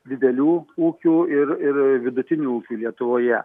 didelių ūkių ir ir vidutinių ūkių lietuvoje